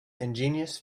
ingenious